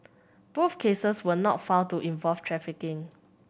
both cases were not found to involve trafficking